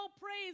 praise